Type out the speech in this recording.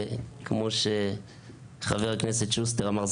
כמו שחבר הכנסת שוסטר אמר,